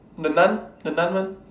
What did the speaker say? the nun the nun one